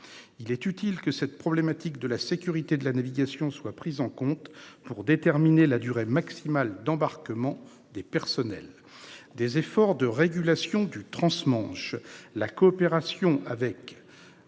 Il est utile que la question de la sécurité de la navigation soit prise en compte pour déterminer la durée maximale d'embarquement des personnels. Dans ces efforts de régulation du transmanche, la coopération avec